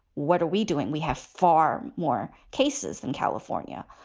what are we doing? we have far more cases than california.